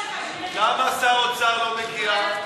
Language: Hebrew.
למה שר האוצר לא מגיע?